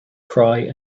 cry